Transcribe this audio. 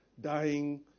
dying